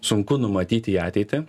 sunku numatyti į ateitį